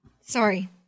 Sorry